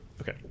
Okay